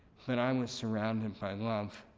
and i um was surrounded by love.